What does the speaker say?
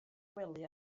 gwely